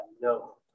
no